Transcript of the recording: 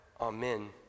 Amen